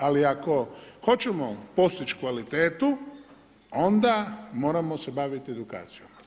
Ali ako hoćemo postići kvalitetu, onda moramo se baviti edukacijom.